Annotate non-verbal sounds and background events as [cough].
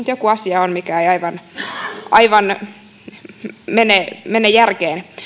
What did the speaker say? [unintelligible] joku asia on mikä ei aivan mene järkeen